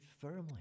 firmly